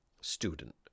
student